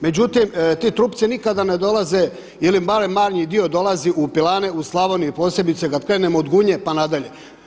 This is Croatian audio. Međutim, ti trupci nikada ne dolaze ili manji dio dolazi u pilane u Slavoniji posebice kad krenemo od Gunje pa nadalje.